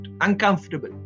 Uncomfortable